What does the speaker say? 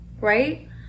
right